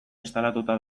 instalatuta